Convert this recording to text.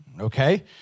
okay